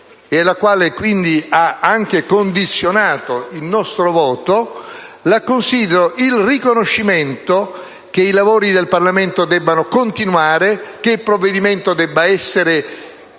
(e che, quindi, ha anche condizionato il nostro voto), il riconoscimento che i lavori del Parlamento debbano continuare, che il provvedimento debba essere